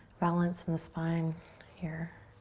balance in the spine here.